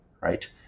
right